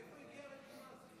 איפה רשימת הדוברים?